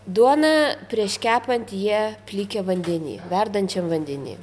duoną prieš kepant jie plikė vandeny verdančiam vandeny